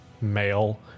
male